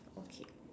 okay